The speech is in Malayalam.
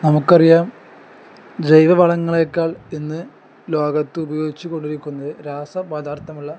നമുക്ക് അറിയാം ജൈവവളങ്ങളെക്കാൾ ഇന്ന് ലോകത്ത് ഉപയോഗിച്ച് കൊണ്ടിരിക്കുന്നത് രാസ പദാർത്ഥമുള്ള